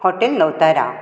hotel Navtara